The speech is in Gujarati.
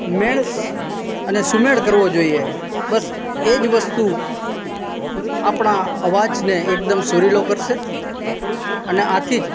મેળ સ અને સુમેળ કરવો જોઈએ બસ એ જ વસ્તુ આપણા અવાજને એકદમ સુરીલો કરશે અને આથી જ